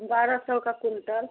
बारह सौ का कुंटल